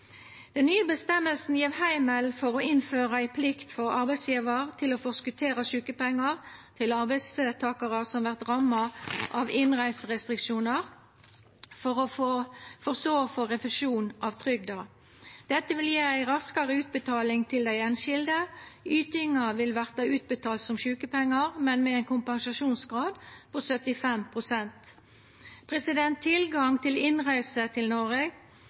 Den nye føresegna gjev heimel til å innføra ei plikt for arbeidsgjevaren til å forskottera sjukepengar til arbeidstakarar som vert ramma av innreiserestriksjonar, for så å få refusjon av trygda. Dette vil gje ei raskare utbetaling til den einskilde. Ytinga vil verta utbetalt som sjukepengar, men med ein kompensasjonsgrad på 75 pst. Tilgang til innreise til Noreg